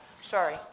Sorry